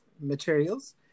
materials